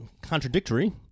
contradictory